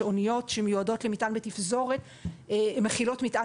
שאניות שמיודעות למטען בתפזורת מכילות מטען